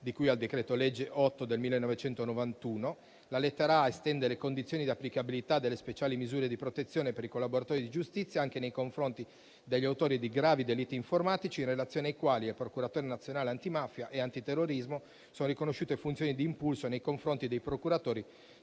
di cui al decreto-legge n. 8 del 1991. La lettera *a)* estende le condizioni di applicabilità delle speciali misure di protezione per i collaboratori di giustizia anche nei confronti degli autori di gravi delitti informatici, in relazione ai quali al procuratore nazionale antimafia e antiterrorismo sono riconosciute funzioni di impulso nei confronti dei procuratori